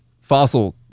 fossil